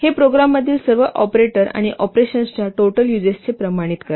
हे प्रोग्राममधील सर्व ऑपरेटर आणि ऑपरेशन्सच्या टोटल युजेसचे प्रमाणित करते